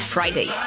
Friday